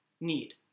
need